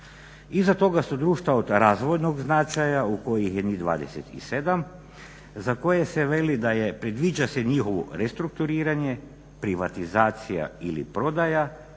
Iza toga su društva od razvojnog značaja u kojih je njih 27, za koje se predviđa njihovo restrukturiranje, privatizacija ili prodaja,